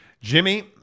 Jimmy